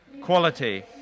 quality